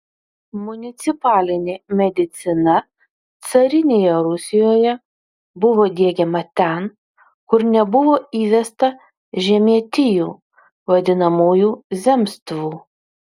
municipalinė medicina carinėje rusijoje buvo diegiama ten kur nebuvo įvesta žemietijų vadinamųjų zemstvų